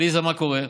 עליזה, מה קורה?